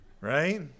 Right